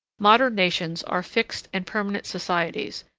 modern nations are fixed and permanent societies,